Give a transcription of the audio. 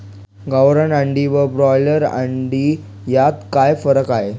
गावरान अंडी व ब्रॉयलर अंडी यात काय फरक आहे?